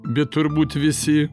bet turbūt visi